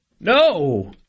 No